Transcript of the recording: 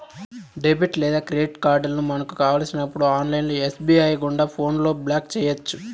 debit లేదా credit కార్డులను మనకు కావలసినప్పుడు ఆన్లైన్ ఎస్.బి.ఐ గుండా ఫోన్లో బ్లాక్ చేయొచ్చు